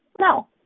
No